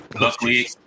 Luckily